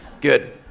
Good